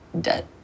debt